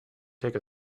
take